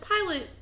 pilot